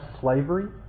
slavery